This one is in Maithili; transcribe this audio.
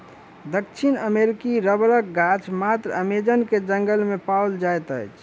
दक्षिण अमेरिकी रबड़क गाछ मात्र अमेज़न के जंगल में पाओल जाइत अछि